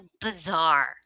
bizarre